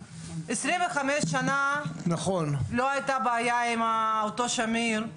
25 שנה לא הייתה בעיה עם אותו שמיר.